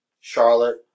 Charlotte